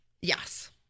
Yes